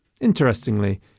Interestingly